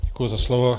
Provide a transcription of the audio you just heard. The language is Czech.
Děkuji za slovo.